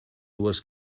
dues